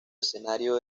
escenario